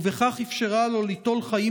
ובכך אפשרה לו ליטול חיים,